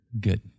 Good